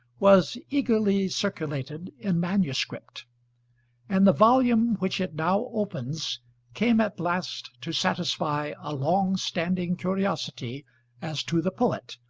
was eagerly circulated in manuscript and the volume which it now opens came at last to satisfy a long-standing curiosity as to the poet,